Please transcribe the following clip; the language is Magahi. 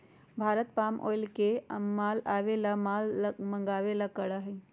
भारत पाम ऑयल के माल आवे ला या माल मंगावे ला करा हई